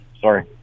Sorry